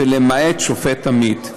ולמעט שופט עמית".